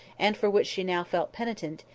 and for which she now felt penitent,